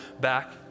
back